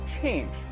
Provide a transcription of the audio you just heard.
change